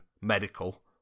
medical